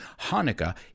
Hanukkah